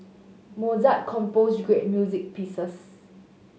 Mozart composed great music pieces